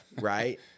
right